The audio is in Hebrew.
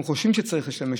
אנחנו חושבים שצריך להשתמש.